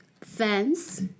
fence